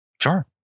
Sure